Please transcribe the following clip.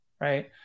right